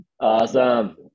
awesome